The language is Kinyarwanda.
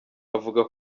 avuga